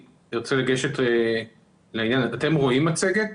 אתם רואים את המצגת?